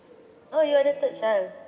oh you're the third child